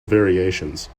variations